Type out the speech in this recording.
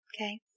Okay